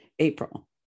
April